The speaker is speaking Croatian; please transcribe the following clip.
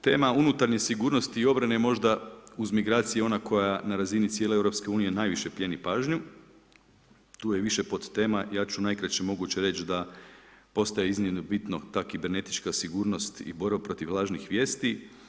Tema unutarnje sigurnosti i obrane je možda uz migracije ona koja na razini cijele Europske unije najviše plijeni pažnju, tu je više pod tema, ja ću najkraće moguće reć da postaje iznimno bitno ta kibernetička sigurnost i borba protiv lažnih vijesti.